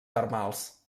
termals